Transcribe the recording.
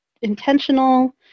intentional